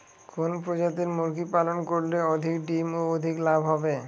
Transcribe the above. কোন প্রজাতির মুরগি পালন করলে অধিক ডিম ও অধিক লাভ হবে?